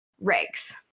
rigs